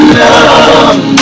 love